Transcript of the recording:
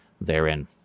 therein